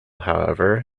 however